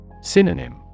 Synonym